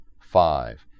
Five